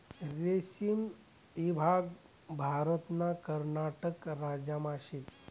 रेशीम ईभाग भारतना कर्नाटक राज्यमा शे